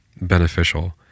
beneficial